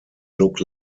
look